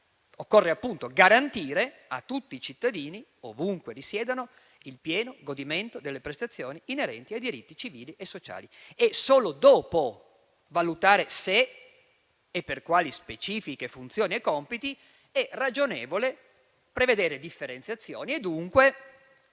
territoriali e garantire a tutti i cittadini, ovunque risiedano, il pieno godimento delle prestazioni inerenti ai diritti civili e sociali e, solo dopo, valutare se e per quali specifiche funzioni e compiti è ragionevole prevedere differenziazioni e dunque